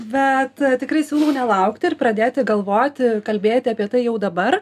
bet tikrai siūlau nelaukti ir pradėti galvoti kalbėti apie tai jau dabar